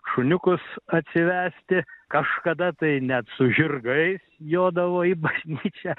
šuniukus atsivesti kažkada tai net su žirgais jodavo į bažnyčią